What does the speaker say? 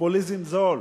פופוליזם זול.